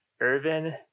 Irvin